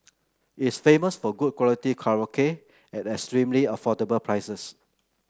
it's famous for good quality karaoke at extremely affordable prices